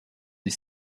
des